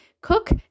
cook